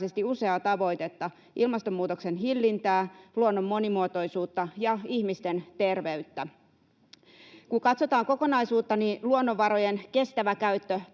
useaa tavoitetta: ilmastonmuutoksen hillintää, luonnon monimuotoisuutta ja ihmisten terveyttä. Kun katsotaan kokonaisuutta, niin luonnonvarojen kestävä käyttö